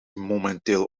momenteel